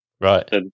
right